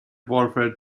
warfare